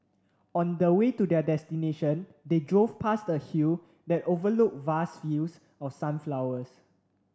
on the way to their destination they drove past a hill that overlooked vast fields of sunflowers